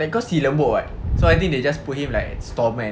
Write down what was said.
ya cause he lembut [what] so I think they just put him like store man